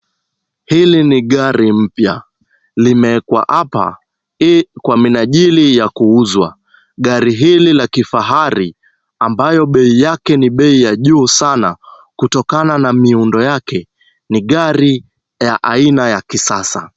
Hili ni gari mpya. Limewekwa hapa kwa minajili ya kuuzwa. Gari hili la kifahari ambayo bei yake ni bei ya juu sana kutokana na miundo yake ni gari ya aina ya kisasa.